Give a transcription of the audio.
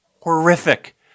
horrific